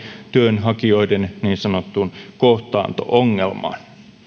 työnhakijoiden niin sanottuun kohtaanto ongelmaan